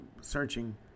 searching